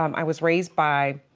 um i was raised by,